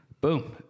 boom